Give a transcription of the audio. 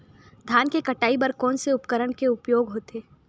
धान के कटाई बर कोन से उपकरण के उपयोग होथे?